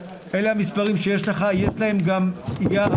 אלה המספרים שיש לך, יש להם גם יעד,